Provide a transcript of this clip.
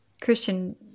christian